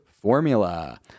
FORMULA